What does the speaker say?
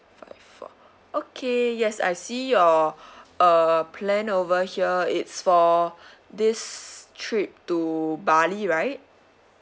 five four okay yes I see your uh plan over here it's for this trip to bali right